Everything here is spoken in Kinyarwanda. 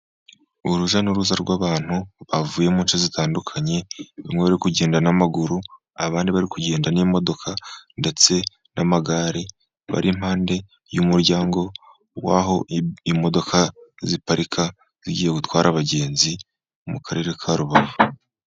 Urujya n'uruza rw'abantu bavuyemo mu duce dutandukanye, bamwe bari kugenda n'amaguru, abandi bari kugenda n'imodoka, ndetse n'amagare, bari impande y'umuryango w'aho imodoka ziparika, zigiye gutwara abagenzi mu karere ka Rubavu.